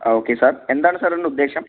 ആ okay sir എന്താണ് സാറിൻ്റെ ഉദ്ദേശം